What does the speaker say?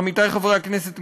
עמיתי חברי הכנסת,